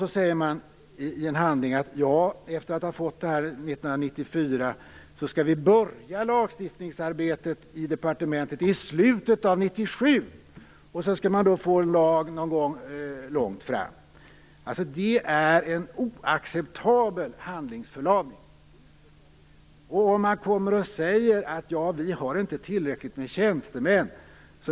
Då säger man i en handling, efter att ha fått en begäran år 1994, att man skall börja lagstiftningsarbetet i slutet av år 1997, och sedan skall man få en lag långt fram i tiden. Det är en oacceptabel handlingsförlamning! Man kommer och säger: Vi har inte tillräckligt med tjänstemän.